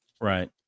right